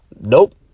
Nope